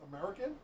American